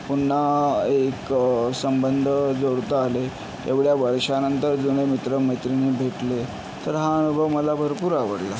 पुन्हा एक संबंध जोडता आले एवढ्या वर्षानंतर जुने मित्र मैत्रिणी भेटले तर हा अनुभव मला भरपूर आवडला